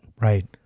Right